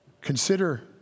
consider